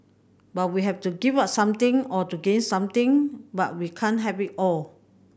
but we have to give up something or to gain something but we can't have it all